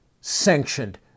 sanctioned